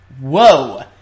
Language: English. Whoa